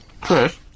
Chris